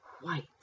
white